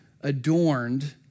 adorned